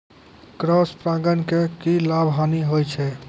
Cross परागण के की लाभ, हानि होय छै?